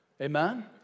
Amen